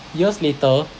years later